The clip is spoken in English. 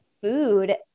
food